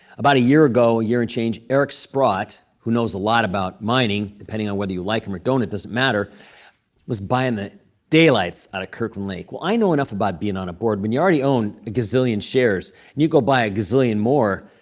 about a year ago, a year and change, eric sprott, who knows a lot about mining, depending on whether you like him or don't it doesn't matter was buying the daylights out of kirkland lake. well, i know enough about being on a board. when you already own a gazillion shares and you go buy a gazillion more,